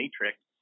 matrix